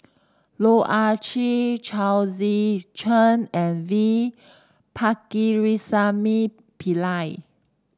Loh Ah Chee Chao Tzee Cheng and V Pakirisamy Pillai